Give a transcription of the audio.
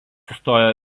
įstojo